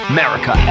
America